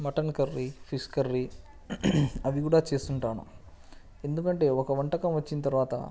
mutton curry fish curry అవి కూడా చేస్తుంటాను ఎందుకంటే ఒక వంటకం వచ్చిన తర్వాత